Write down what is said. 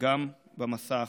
גם במסע האחרון.